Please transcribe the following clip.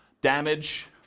Damage